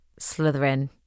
Slytherin